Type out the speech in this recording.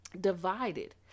divided